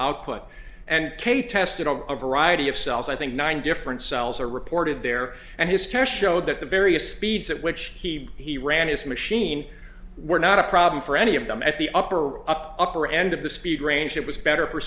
output and k tested on a variety of cells i think nine different cells are reported there and his test showed that the various speeds at which he ran his machine were not a problem for any of them at the upper upper end of the speed range it was better for